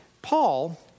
Paul